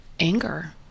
Anger